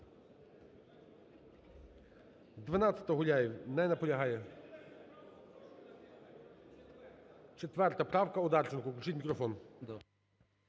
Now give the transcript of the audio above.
Дякую.